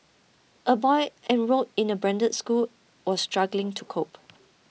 a boy enrolled in a branded school was struggling to cope